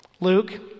Luke